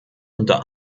unter